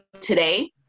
today